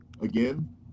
again